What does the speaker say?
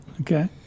Okay